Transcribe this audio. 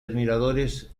admiradores